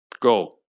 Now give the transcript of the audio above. go